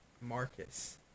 Marcus